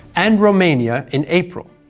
and romania in april.